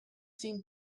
seemed